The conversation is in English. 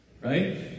Right